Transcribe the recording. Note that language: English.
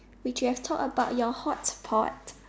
which you have talked about your hotpot